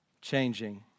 changing